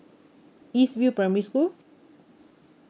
east view primary school